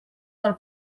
del